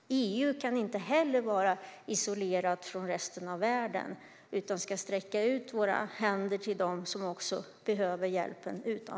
EU kan inte heller vara isolerat från resten av världen, utan vi ska sträcka ut våra händer till dem utanför som behöver hjälpen.